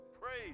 Praise